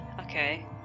okay